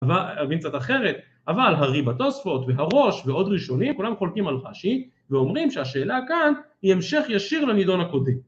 ‫הבין קצת אחרת, אבל הריב"א תוספות ‫והרא"ש ועוד ראשונים, ‫כולם חולקים על רש"י ואומרים ‫שהשאלה כאן היא המשך ישיר לנידון הקודם.